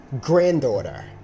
granddaughter